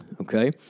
okay